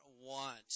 want